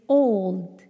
old